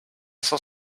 cent